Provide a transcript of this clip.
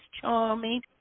Charming